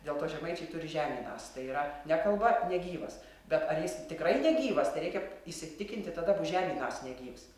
dėl to žemaičiai turi žemynas tai yra nekalba negyvas bet ar jis tikrai negyvas tai reikia įsitikinti tada bus žemynas negyvs